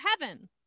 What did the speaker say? heaven